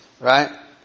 Right